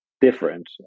different